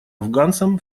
афганцам